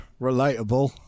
Relatable